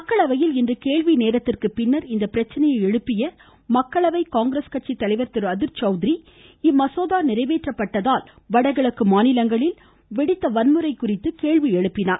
மக்களவையில் இன்று கேள்வி நேரத்திற்கு பின்னர் இப்பிரச்னையை எழுப்பிய மக்களவை காங்கிரஸ் கட்சி தலைவர் திரு அதிர் சௌத்ரி இம்மசோதா நிறைவேற்றப்பட்டதால் வடகிழக்கு மாநிலங்களில் வெடித்த வன்முறை குறித்து கேள்வி எழுப்பினார்